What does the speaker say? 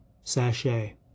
sachet